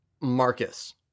Marcus